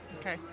Okay